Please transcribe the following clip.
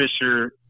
Fisher